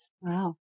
Wow